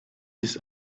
ist